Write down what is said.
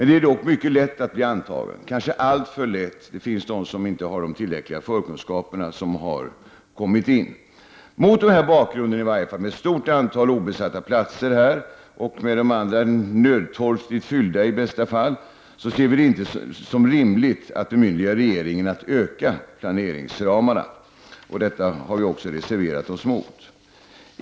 Det är dock lätt att bli antagen, kanske alltför lätt. Det finns sådana utan tillräckliga förkunskaper som har kommit in. Mot denna bakgrund, med ett stort antal obesatta platser och med de andra platserna i bästa fall nödtorftigt fyllda, anser vi inte att det är rimligt att bemyndiga regeringen att vidga planeringsramarna. Därför har vi också reserverat oss.